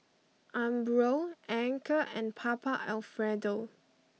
Umbro Anchor and Papa Alfredo